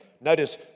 notice